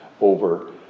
over